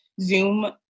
Zoom